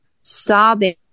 sobbing